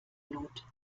blut